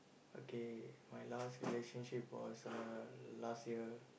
okay my last relationship was uh last year